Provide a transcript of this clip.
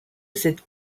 cette